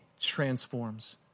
transforms